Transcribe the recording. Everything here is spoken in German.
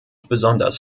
besonders